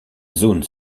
zone